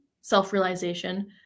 self-realization